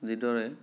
যিদৰে